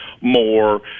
more